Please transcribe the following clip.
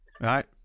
right